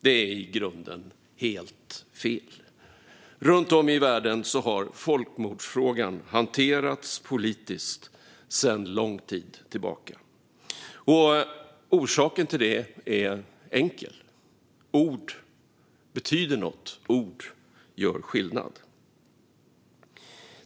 Det är i grunden helt fel. Runt om i världen har folkmordsfrågan hanterats politiskt sedan lång tid tillbaka. Orsaken till det är enkel: ord betyder något, och ord gör skillnad.